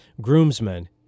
groomsmen